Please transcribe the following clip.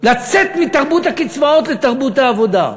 לצאת מתרבות הקצבאות לתרבות העבודה.